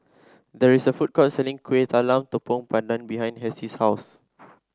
there is a food court selling Kueh Talam Tepong Pandan behind Hessie's house